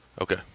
Okay